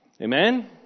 Amen